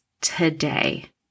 today